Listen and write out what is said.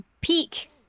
Peak